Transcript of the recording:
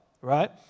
right